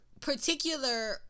particular